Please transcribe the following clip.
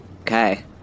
Okay